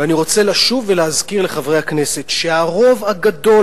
ואני רוצה לשוב ולהזכיר לחברי הכנסת שהרוב הגדול,